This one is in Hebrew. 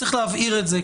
צריך להבהיר את זה,